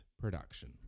production